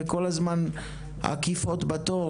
וכל הזמן עקיפות בתורה,